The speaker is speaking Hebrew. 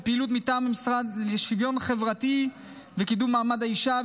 בפעילות מטעם המשרד לשוויון חברתי וקידום מעמד האישה,